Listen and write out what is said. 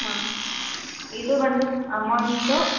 ಹಾಂ ಇದು ಬಂದು ಅಮೊಂಟು